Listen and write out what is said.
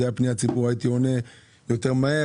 אם זו הייתה פניית ציבור הייתי עונה יותר מהר,